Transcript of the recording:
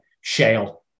shale